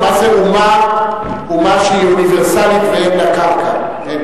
אומה שהיא אוניברסלית ואין לה קרקע.